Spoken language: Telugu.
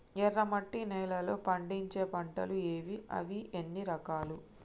ఎర్రమట్టి నేలలో పండించే పంటలు ఏవి? అవి ఎన్ని రకాలు?